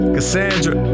Cassandra